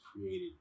created